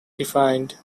defined